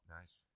Nice